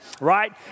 Right